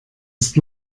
ist